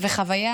ממש.